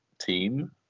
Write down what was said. team